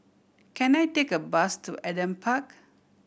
can I take a bus to Adam Park